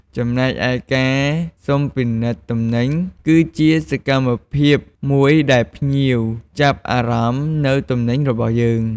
ចំណែកឯការសុំពិនិត្យទំនិញ គឺជាសកម្មភាពមួយដែលភ្ញៀវចាប់អារម្មណ៍នូវទំនិញរបស់យើង។